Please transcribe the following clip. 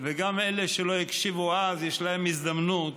וגם אלה שלא הקשיבו אז, יש להם הזדמנות